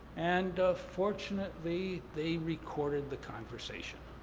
and, fortunately, they recorded the conversation.